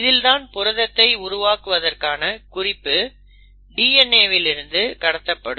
இதில்தான் புரதத்தை உருவாக்குவதற்கான குறிப்பு DNA வில் இருந்து கடத்தப்படும்